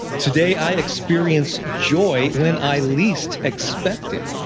today, i experience joy when i least expect it.